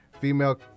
Female